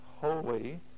holy